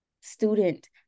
student